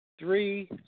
Three